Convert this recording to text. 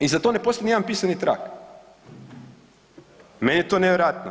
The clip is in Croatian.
I za to ne postoji niti jedan pisani trag, meni je to nevjerojatno.